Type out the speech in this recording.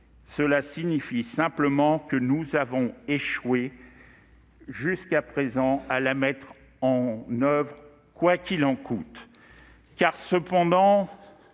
cela signifie simplement que nous avons échoué jusqu'à présent à la mettre en oeuvre quoi qu'il en coûte. Car, pendant